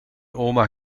oma